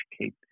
educate